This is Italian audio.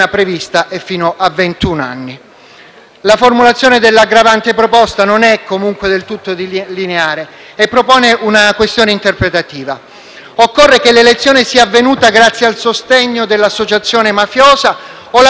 La formulazione dell'aggravante proposta non è, comunque, del tutto lineare e propone una questione interpretativa: occorre che l'elezione sia avvenuta grazie al sostegno dell'associazione mafiosa o l'aggravante si applica anche nel caso di pura